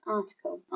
article